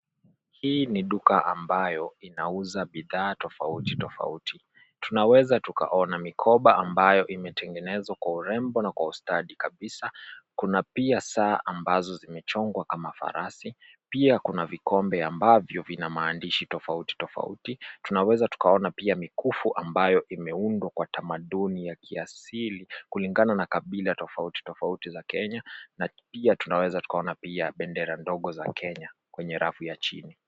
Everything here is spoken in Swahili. Hii ni duka ambayo inauza bidhaa tofauti tofauti. Tunaweza tukaona mikoba ambayo imetengenezwa kwa urembo na kwa ustadi kabisa. Kuna pia saa ambazo zimechongwa kama farasi. Pia kuna vikombe ambavyo vina maandishi tofauti tofauti. Tunaweza tukaona pia mikufu ambayo imeundwa kwa tamaduni ya kiasili kulingana na kabila tofauti tofauti za Kenya na pia tunaweza tukaona pia bendera ndogo za Kenya kwenye rafu ya chini.